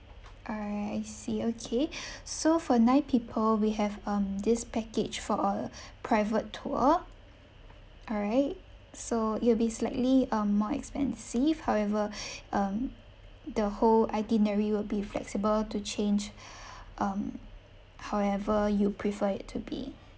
all right I see okay so for nine people we have um this package for a private tour all right so it will be slightly um more expensive however um the whole itinerary will be flexible to change um however you prefer it to be